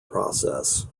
process